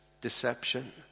deception